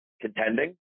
Contending